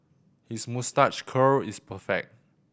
his moustache curl is perfect